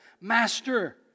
Master